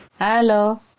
Hello